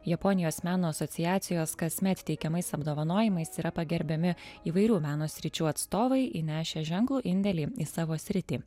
japonijos meno asociacijos kasmet teikiamais apdovanojimais yra pagerbiami įvairių meno sričių atstovai įnešę ženklų indėlį į savo sritį